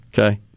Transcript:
okay